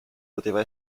poteva